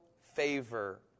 favor